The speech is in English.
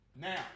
Now